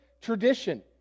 tradition